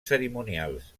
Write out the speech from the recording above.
cerimonials